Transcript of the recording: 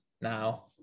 now